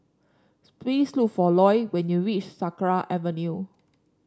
please look for Ilo when you reach Sakra Avenue